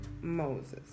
Moses